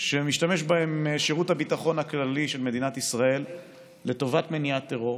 שמשתמש בהם שירות הביטחון הכללי של מדינת ישראל לטובת מניעת טרור,